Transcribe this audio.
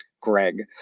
Greg